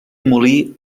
molí